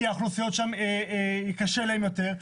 כי האוכלוסיות שם קשה להן יותר,